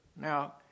Now